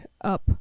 up